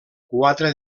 quatre